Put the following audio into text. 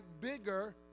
bigger